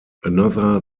another